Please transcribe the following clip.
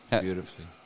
Beautifully